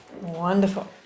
Wonderful